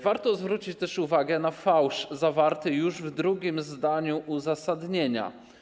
Warto zwrócić też uwagę na fałsz zawarty już w drugim zdaniu uzasadnienia.